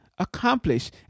Accomplish